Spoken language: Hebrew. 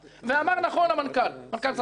ואמר נכון מנכ"ל משרד החקלאות.